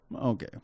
Okay